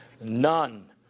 None